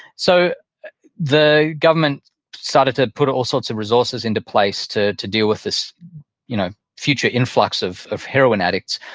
so the government started to put all sorts of resources into place to to deal with this you know future influx of of heroin addicts.